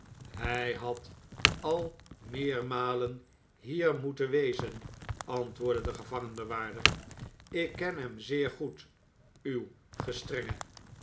hij had al meermalen hier moeten wezen antwoordde de gevangenbewaarder ik ken hem zeer goed uw gestrenge